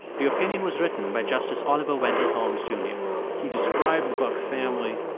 the opinion was written by justice oliver wendell holmes jr and yeah he described the buck family,